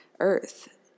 earth